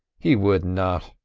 he would not,